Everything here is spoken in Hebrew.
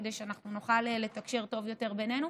כדי שאנחנו נוכל לתקשר טוב יותר בינינו,